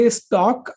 stock